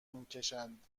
میکشند